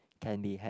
can be had